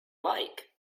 like